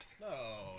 No